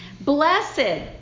blessed